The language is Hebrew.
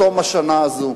בתום השנה הזו.